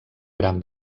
gran